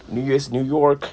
new year's new york